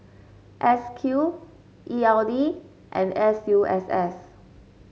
S Q E L D and S U S S